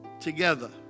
together